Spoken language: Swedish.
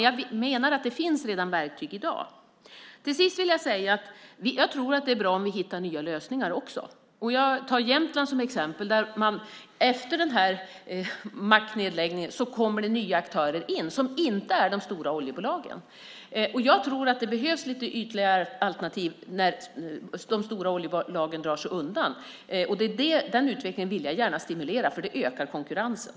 Jag menar att det redan i dag finns verktyg. Till sist vill jag säga att det är bra om vi hittar nya lösningar. Jag tar Jämtland som exempel. Där kommer det efter macknedläggningen nya aktörer, som inte är de stora oljebolagen. Jag tror att det behövs ytterligare alternativ när de stora oljebolagen drar sig undan. Den utvecklingen vill jag gärna stimulera, för den ökar konkurrensen.